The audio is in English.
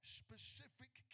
specific